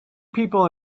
people